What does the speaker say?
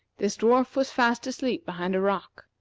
this dwarf was fast asleep behind a rock.